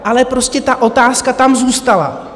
Ale prostě ta otázka tam zůstala.